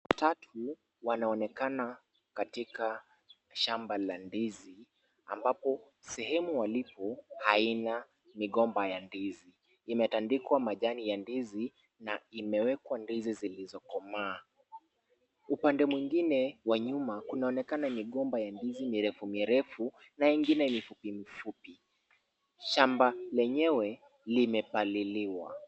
Watu watatu wanaonekana katika shamba la ndizi, ambapo sehemu walipo, haina migomba ya ndizi. Imetandikwa majani ya ndizi na imewekwa ndizi zilizo komaa. Upande mwingine wa nyuma kunaonekana migomba ya ndizi mirefu mirefu, na mingine mifupi mifupi. Shamba lenyewe limepaliliwa.